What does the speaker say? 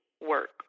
work